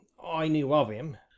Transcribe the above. i knew of him.